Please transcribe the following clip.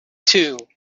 too